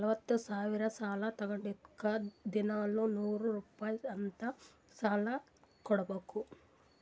ನಲ್ವತ ಸಾವಿರ್ ಸಾಲಾ ತೊಂಡಿದ್ದುಕ್ ದಿನಾಲೂ ನೂರ್ ರುಪಾಯಿ ಅಂತ್ ಸಾಲಾ ಕಟ್ಬೇಕ್